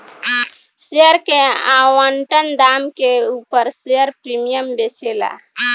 share के आवंटन दाम के उपर शेयर प्रीमियम बेचाला